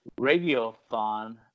radiothon